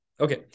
Okay